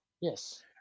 Yes